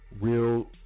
real